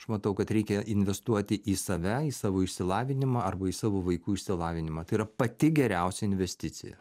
aš matau kad reikia investuoti į save į savo išsilavinimą arba į savo vaikų išsilavinimą tai yra pati geriausia investicija